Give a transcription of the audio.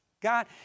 God